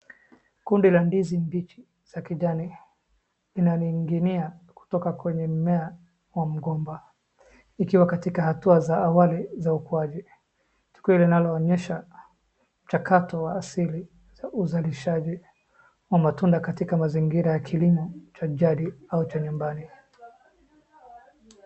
Kundi la ndizi mbichi za kijani inaning'inia kutoka kwenye mimea ya mgomba, ikiwa katika hatua za awali za ukuaji, tukio linaloonyesha mchakato wa asili, uzalishaji wa matunda katika mazingira ya kilimo cha jadi au cha nyumbani.